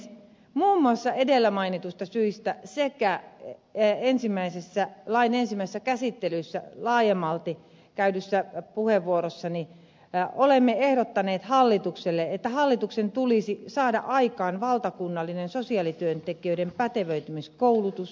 muun muassa edellä mainituista syistä lain ensimmäisessä käsittelyssä laajemmalti käyttämässäni puheenvuorossani olemme ehdottaneet hallitukselle että hallituksen tulisi saada aikaan valtakunnallinen sosiaalityöntekijöiden pätevöitymiskoulutus